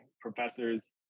professor's